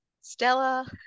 Stella